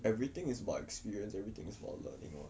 everything is about experience everything is about learning [what]